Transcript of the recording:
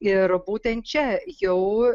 ir būtent čia jau